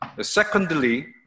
Secondly